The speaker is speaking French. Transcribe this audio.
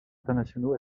internationaux